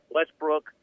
Westbrook